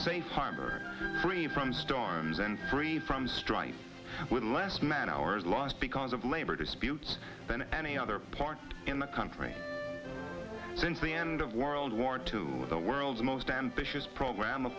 safe harbor free from storms and free from strife with less man hours lost because of labor disputes than any other part in the country since the end of world war two the world's most ambitious program